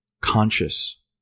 conscious